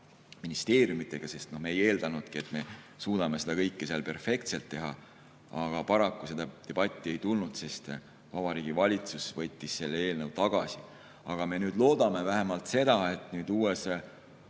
sest me ei eeldanudki, et me suudame seda kõike seal perfektselt teha. Aga paraku seda debatti ei tulnud, sest Vabariigi Valitsus võttis selle eelnõu tagasi. Aga me loodame vähemalt seda, et uues